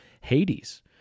Hades